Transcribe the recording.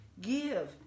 Give